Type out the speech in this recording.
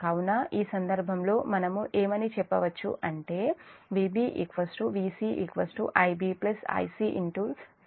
కాబట్టి ఈ సందర్భంలో మనము ఏమని చెప్పొచ్చు అంటే Vb Vc Ib IcZf 3Zf Ia0